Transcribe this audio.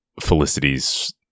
Felicity's